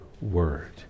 word